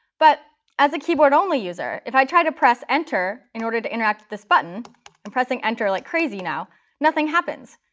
but as a keyboard-only user, if i try to press enter in order to interact with this button i'm pressing enter like crazy now nothing happens.